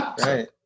right